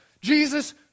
Jesus